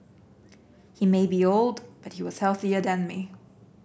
he may be old but he was healthier than me